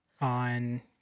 on